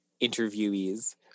interviewees